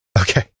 okay